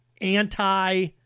Anti